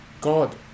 God